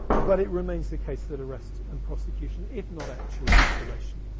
but it remains the case that arrest and prosecution, if not actual mutilation,